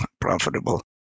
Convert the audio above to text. profitable